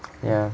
ya